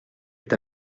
est